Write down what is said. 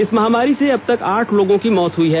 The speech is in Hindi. इस महामारी से अबतक आठ लोगों की मौत हुई है